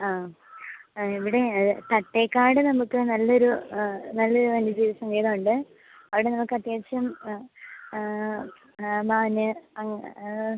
ആ ആ ഇവിടെ തട്ടേക്കാട് നമുക്ക് നല്ലൊരു നല്ലൊരു വന്യജീവി സങ്കേതം ഉണ്ട് അവിടെ നമുക്ക് അത്യാവശ്യം മാൻ അങ്ങ